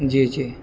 جی جی